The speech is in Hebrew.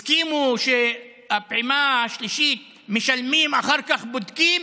הסכימו שבפעימה השלישית משלמים ואחר כך בודקים,